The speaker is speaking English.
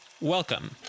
Welcome